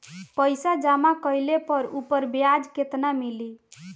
पइसा जमा कइले पर ऊपर ब्याज केतना मिली?